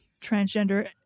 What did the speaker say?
transgender